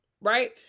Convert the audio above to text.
Right